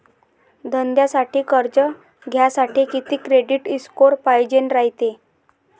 धंद्यासाठी कर्ज घ्यासाठी कितीक क्रेडिट स्कोर पायजेन रायते?